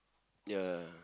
ya